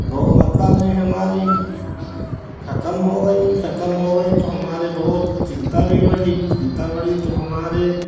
गौ माता ने हमारी ख़त्म हो गई ख़त्म हो गई तो हमारे बहुत चिंता भी रही चिंता बढ़ी तो हमारे